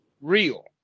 real